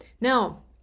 Now